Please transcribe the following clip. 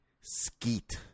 Skeet